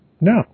no